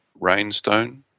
Rainstone